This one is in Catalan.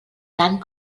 tant